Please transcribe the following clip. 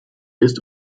ist